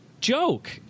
joke